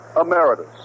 emeritus